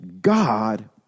God